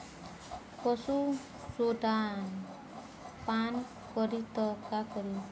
पशु सोडा पान करी त का करी?